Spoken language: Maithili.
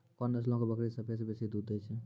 कोन नस्लो के बकरी सभ्भे से बेसी दूध दै छै?